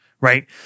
Right